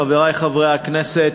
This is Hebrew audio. חברי חברי הכנסת,